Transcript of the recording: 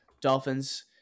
Dolphins